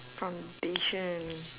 foundation